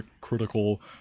Critical